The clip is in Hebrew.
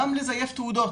גם לזייף תעודות,